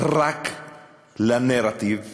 רק לנרטיב הפלסטיני?